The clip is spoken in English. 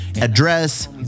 Address